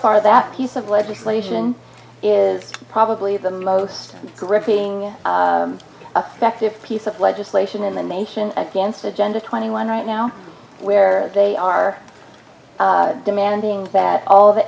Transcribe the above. far that piece of legislation is probably the most gripping affective piece of legislation in the nation against agenda twenty one right now where they are demanding that all